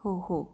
हो हो